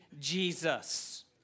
Jesus